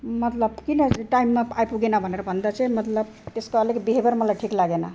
मतलब किन टाइममा आइपुगेन भनेर भन्दा चाहिँ मतलब त्यसको अलिक बिहेबियर मलाई ठिक लागेन